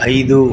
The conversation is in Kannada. ಐದು